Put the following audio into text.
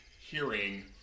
hearing